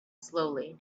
slowly